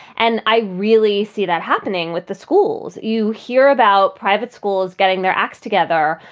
and i really see that happening with the schools. you hear about private schools getting their acts together.